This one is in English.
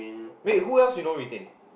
wait who else you know retain